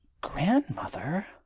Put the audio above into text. Grandmother